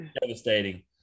devastating